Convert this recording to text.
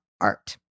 art